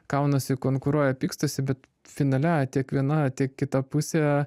kaunasi konkuruoja pykstasi bet finale tiek viena tiek kita pusė